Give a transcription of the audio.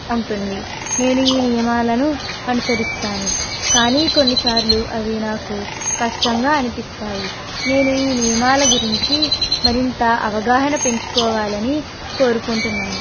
ఉంటుంది నేను ఈ నియమాలను అనుసరిస్తాను కానీ కొన్నిసార్లు అవి నాకు కష్టంగా అనిపిస్తాయి నేను ఈ నియమాల గురించి మరింత అవగాహన పెంచుకోవాలని కోరుకుంటున్నాను